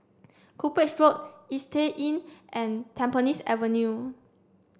Cuppage Road Istay Inn and Tampines Avenue